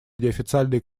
неофициальные